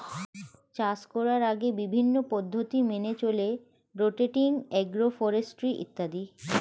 চাষ করার আগে বিভিন্ন পদ্ধতি মেনে চলে রোটেটিং, অ্যাগ্রো ফরেস্ট্রি ইত্যাদি